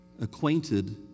acquainted